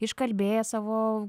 iškalbėjęs savo